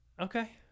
Okay